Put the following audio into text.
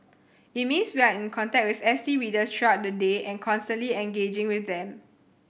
it means we are in contact with S T readers throughout the day and constantly engaging with them